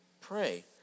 Pray